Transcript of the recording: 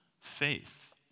faith